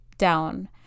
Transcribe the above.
down